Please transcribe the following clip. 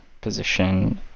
position